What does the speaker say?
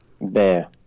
Bear